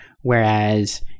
Whereas